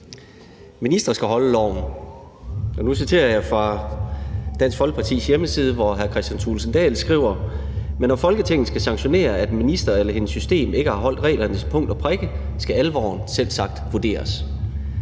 Ministre skal holde loven, og nu citerer jeg fra Dansk Folkepartis hjemmeside, hvor hr. Kristian Thulesen Dahl skriver: »Men når Folketinget skal sanktionere, at en minister eller hendes system ikke har holdt reglerne til punkt og prikke, skal alvoren selvsagt vurderes.«